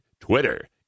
Twitter